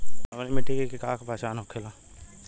अम्लीय मिट्टी के का पहचान होखेला?